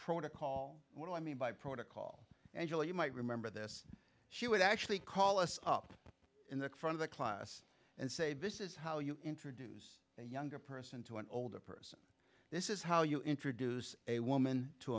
protocol what i mean by protocol and you know you might remember this she would actually call us up in the front of the class and say this is how you introduce as a younger person to an older person this is how you introduce a woman to